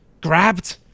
grabbed